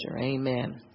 amen